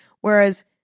Whereas